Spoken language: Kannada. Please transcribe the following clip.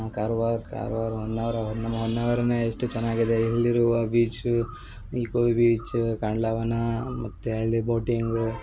ಕಾರ್ವಾರ ಕಾರ್ವಾರ ಹೊನ್ನಾವರ ಹೊನ್ನಾವರನೇ ಎಷ್ಟೋ ಚೆನ್ನಾಗಿದೆ ಇಲ್ಲಿರುವ ಬೀಚು ಇಕೋ ಬೀಚು ಕಾಂಡ್ಲಾ ವನ ಮತ್ತು ಅಲ್ಲಿ ಬೋಟಿಂಗು